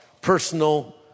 Personal